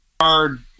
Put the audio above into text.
hard